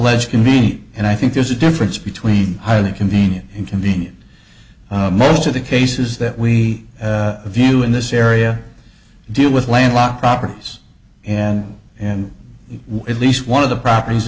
me and i think there's a difference between highly convenient inconvenient most of the cases that we view in this area deal with landlocked properties and and at least one of the properties